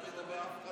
הוא